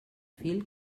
fil